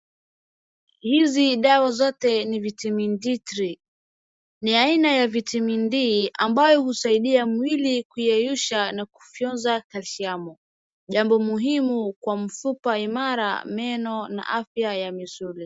Hizi dawa zote ni vitamin D3 ni aina ya Vitami D ambayo husaidia mwili kuyeyusha na kufyonza kalsiamu. Jambo muhimu kwa mfupa imara, meno na afya ya misuri.